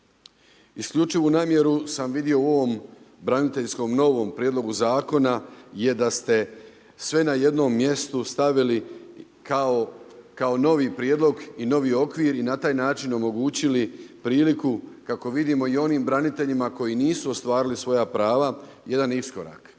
Isključivi namjeru sam vidio u ovom braniteljskom novom prijedlogu zakona je da ste sve na jednom mjestu stavili kao novi prijedlog i novi okvir i na taj način omogućili priliku kako vidimo i u onim braniteljima koji nisu ostvarili svoja prava, jedan iskorak.